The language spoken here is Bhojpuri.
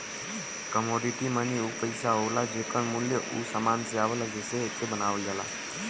कमोडिटी मनी उ पइसा होला जेकर मूल्य उ समान से आवला जेसे एके बनावल जाला